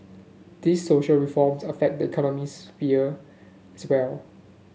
these social reforms affect the economic sphere as well